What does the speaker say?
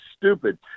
stupid